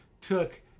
took